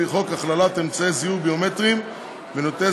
לפי חוק הכללת אמצעי זיהוי ביומטריים ונתוני